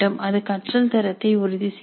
அது கற்றல் தரத்தை உறுதி செய்யும்